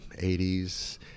80s